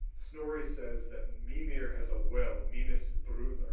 snorri says that mimir has a well, mimisbrunnr,